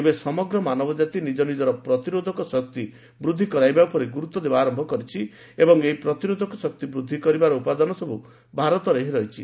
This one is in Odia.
ଏବେ ସମଗ୍ର ମାନବଜାତି ନିଜ୍ଞ ନିଜର ପ୍ରତିରୋଧକ ଶକ୍ତି ବୃଦ୍ଧି କରାଇବା ଉପରେ ଗୁରୁତ୍ୱ ଦେବା ଆରମ୍ଭ କରିଛି ଏବଂ ଏହି ପ୍ରତିରୋଧକ ଶକ୍ତି ବୃଦ୍ଧି କରିବାର ଉପାଦାନ ସବୁ ଭାରତରେ ହିଁ ରହିଛି